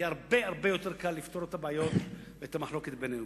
יהיה הרבה יותר קל לפתור את הבעיות ואת המחלוקת בינינו.